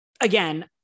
again